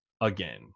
again